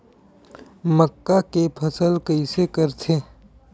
मक्का के फसल कइसे करथे?